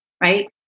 right